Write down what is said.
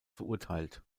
verurteilt